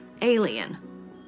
alien